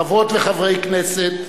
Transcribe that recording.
חברות וחברי כנסת,